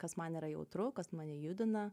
kas man yra jautru kas mane judina